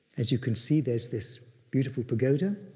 as you can see, there's this beautiful pagoda